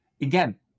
Again